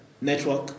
network